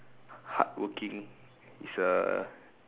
hardworking is a